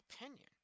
opinion